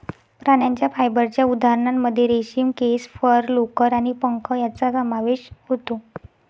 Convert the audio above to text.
प्राण्यांच्या फायबरच्या उदाहरणांमध्ये रेशीम, केस, फर, लोकर आणि पंख यांचा समावेश होतो